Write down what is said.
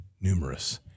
numerous